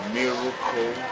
miracle